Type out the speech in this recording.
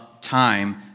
time